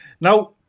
Now